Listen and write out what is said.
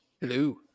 Hello